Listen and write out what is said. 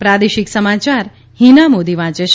પ્રાદેશિક સમાચાર હિના મોદી વાંચે છે